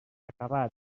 acabat